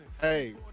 hey